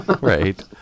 Right